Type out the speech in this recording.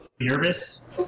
Nervous